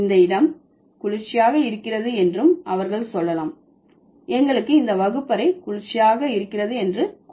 இந்த இடம் குளிர்ச்சியாக இருக்கிறது என்றும் அவர்கள் சொல்லலாம் எங்களுக்கு இந்த வகுப்பறை குளிர்ச்சியாக இருக்கிறது என்று கூறுங்கள்